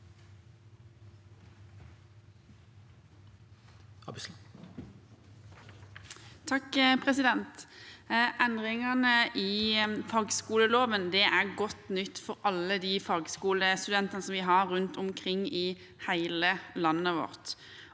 (Sp) Endringene i fagskoleloven er godt nytt for alle de fagskolestudentene vi har rundt omkring i hele landet